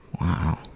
Wow